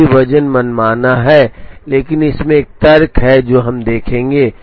अभी वज़न मनमाना है लेकिन इसमें एक तर्क है जो हम देखेंगे